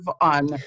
on